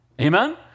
Amen